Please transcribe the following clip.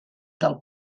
del